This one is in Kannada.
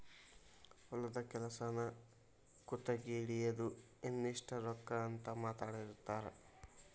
ಹೊಲದ ಕೆಲಸಾನ ಗುತಗಿ ಹಿಡಿಯುದು ಇಂತಿಷ್ಟ ರೊಕ್ಕಾ ಅಂತ ಮಾತಾಡಿರತಾರ